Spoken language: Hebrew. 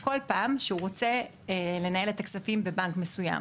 בכל פעם שהוא רוצה לנהל את הכספים בבנק מסוים.